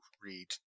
read